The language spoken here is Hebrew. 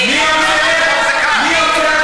מי עוצר,